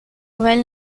well